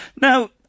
Now